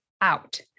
out